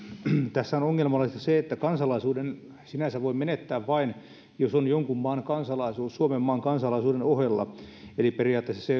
tässähän on ongelmallista se että kansalaisuuden voi sinänsä menettää vain jos on jonkun maan kansalaisuus suomen kansalaisuuden ohella eli periaatteessa